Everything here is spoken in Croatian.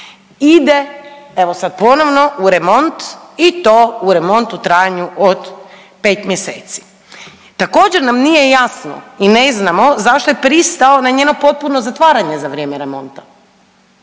ide, evo sad ponovno u remont, i to u remont u trajanju od 5 mjeseci. Također nam nije jasno i ne znamo zašto je pristao na njeno potpuno zatvaranje za vrijeme remonta.